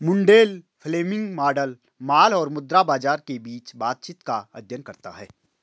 Mundell Fleming model माल और मुद्रा बाजार के बीच बातचीत का अध्ययन करता है